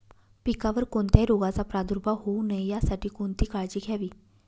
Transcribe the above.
पिकावर कोणत्याही रोगाचा प्रादुर्भाव होऊ नये यासाठी कोणती काळजी घ्यावी?